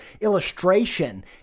illustration